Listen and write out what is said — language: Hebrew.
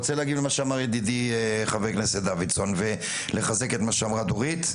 של ידידי חבר הכנסת דוידסון ולחזק את דברי דורית.